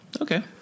Okay